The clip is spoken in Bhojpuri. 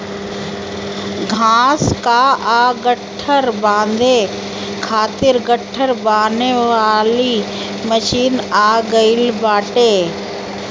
घाँस कअ गट्ठर बांधे खातिर गट्ठर बनावे वाली मशीन आ गइल बाटे